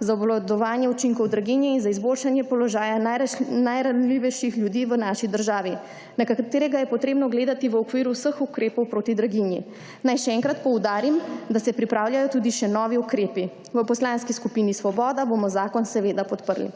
za obvladovanje učinkov draginje in za izboljšanje položaja najranljivejših ljudi v naši državi, na katerega je potrebno gledati v okviru vseh ukrepov proti draginji. Naj še enkrat poudarim, da se pripravljajo tudi še novi ukrepi. V Poslanski skupini Svoboda bomo zakon seveda podprli.